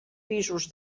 pisos